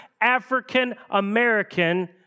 African-American